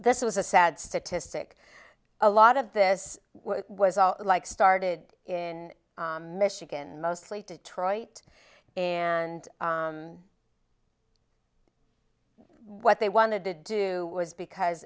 this was a sad statistic a lot of this was all like started in michigan mostly detroit and what they wanted to do was because